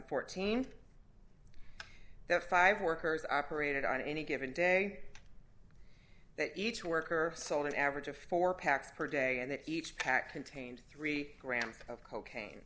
fourteen that five workers operated on any given day that each worker sold an average of four packs per day and that each pack contained three grams of cocaine